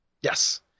Yes